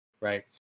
right